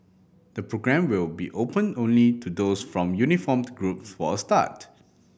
the programme will be open only to those from uniformed group forth start